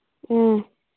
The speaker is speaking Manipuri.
ꯎꯝ